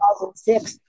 2006